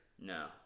no